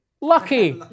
Lucky